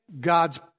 God's